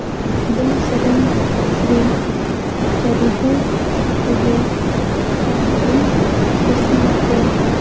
ᱫᱚᱝ ᱥᱮᱨᱮᱧ ᱨᱤᱱ ᱠᱟᱹᱨᱤᱜᱚᱞ ᱠᱚᱜᱮ ᱟᱹᱰᱤ ᱤᱧ ᱠᱩᱥᱤ ᱟᱠᱚᱣᱟ